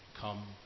Come